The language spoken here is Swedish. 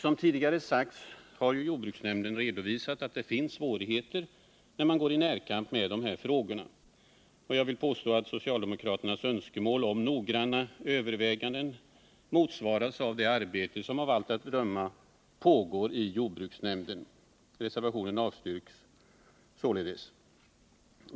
Som tidigare sagts har jordbruksnämnden redovisat att det finns svårigheter, när man går i närkamp med dessa frågor. Jag vill påstå att socialdemokraternas önskemål om noggranna överväganden motsvaras av det arbete som av allt att döma pågår i jordbruksnämnden. Reservationen avstyrks således.